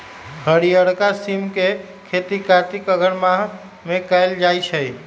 हरियरका सिम के खेती कार्तिक अगहन मास में कएल जाइ छइ